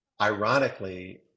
ironically